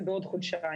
זה בעוד חודשיים.